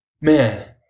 man